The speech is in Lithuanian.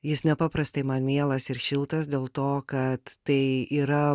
jis nepaprastai man mielas ir šiltas dėl to kad tai yra